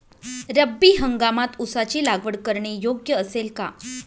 रब्बी हंगामात ऊसाची लागवड करणे योग्य असेल का?